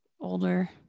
Older